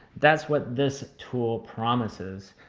that's what this tool promises.